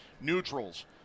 neutrals